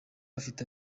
afite